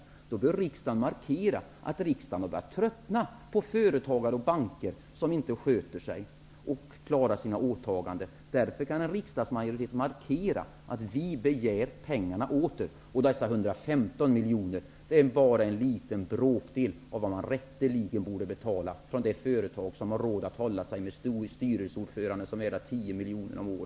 Således bör riksdagen markera att den har börjat tröttna på företagare och banker som inte sköter sig och klarar av sina åtaganden. En riksdagsmajoritet kan alltså göra en markering om att pengarna skall återbetalas. De 115 miljonerna är för övrigt bara en bråkdel av vad det företag rätteligen borde betala som har råd att hålla sig med en styrelseordförande som är värd 10 miljoner per år.